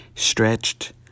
stretched